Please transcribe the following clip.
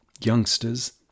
youngsters